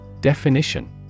Definition